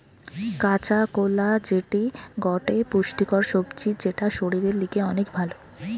কাঁচা কোলা যেটি গটে পুষ্টিকর সবজি যেটা শরীরের লিগে অনেক ভাল